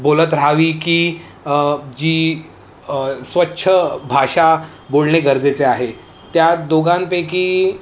बोलत रहावी की जी स्वच्छ भाषा बोलणे गरजेचे आहे त्या दोघांपैकी